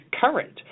current